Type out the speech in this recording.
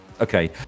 Okay